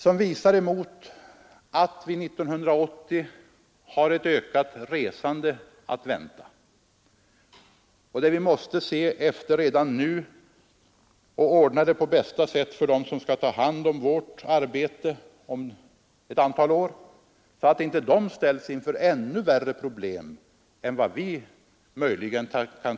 Vi har att vänta ett ökat resande år 1980, och vi måste därför redan nu ordna det på bästa sätt för dem som skall ta hand om vårt arbete om ett antal år, så att de inte ställs inför ännu värre problem än vad vi möter i dag.